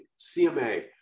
CMA